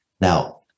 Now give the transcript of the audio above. Now